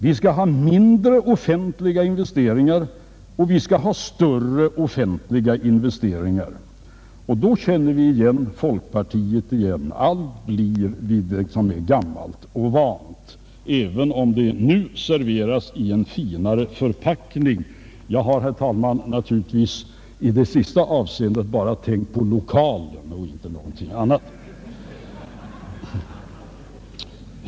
Vi skall ha mindre offentliga investeringar och större offentliga investeringar. Och då känner vi igen folkpartiet: allt blir vid det som är gammalt och vant, även om det nu serveras i en finare förpackning. Jag har, herr talman, naturligtvis i det sista avseendet bara tänkt på lokalen och ingenting annat.